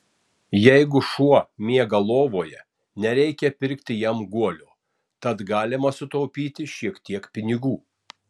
jeigu šuo miega lovoje nereikia pirkti jam guolio tad galima sutaupyti šiek tiek pinigų